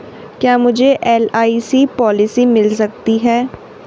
क्या मुझे LIC policy मिल सकती है?